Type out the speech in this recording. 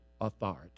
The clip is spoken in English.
authority